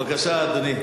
בבקשה, אדוני.